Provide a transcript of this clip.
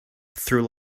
through